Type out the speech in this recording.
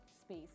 space